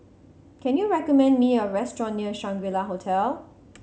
can you recommend me a restaurant near Shangri La Hotel